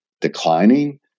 declining